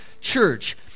church